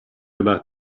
about